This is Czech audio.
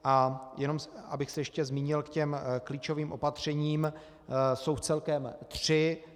A jenom abych se ještě zmínil k těm klíčovým opatřením, jsou celkem tři.